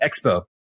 Expo